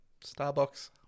Starbucks